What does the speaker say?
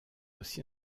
aussi